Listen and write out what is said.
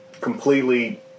completely